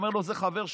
אומר לו: זה חבר שלי,